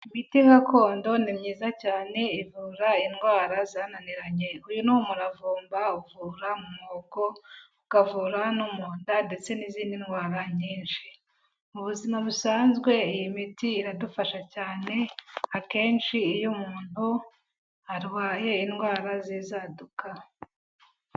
Imiti gakondo ni myiza cyane ivura indwara zananiranye. Uyu ni umuravumba uvura mu muhogo ukavura no munda ndetse n'izindi ndwara nyinshi, mu buzima busanzwe iyi miti iradufasha cyane akenshi iyo umuntu arwaye indwara zinzaduka.